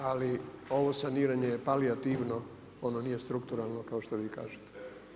Ali ovo saniranje je palijativno, ono nije strukturalno kao što vi kažete.